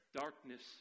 Darkness